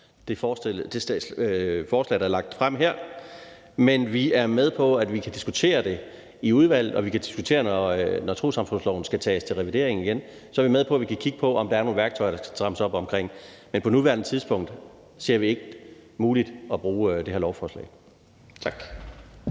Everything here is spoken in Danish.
det forslag, der er fremsat her, men vi er med på, at vi kan diskutere det i udvalget, og at vi kan diskutere det, når trossamfundsloven skal revideres; så er vi med på, at vi kan kigge på, om der er nogle værktøjer og noget, der skal strammes op på. Men på nuværende tidspunkt ser vi det ikke muligt at bruge det her beslutningsforslag. Tak.